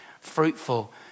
fruitful